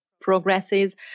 progresses